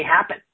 happen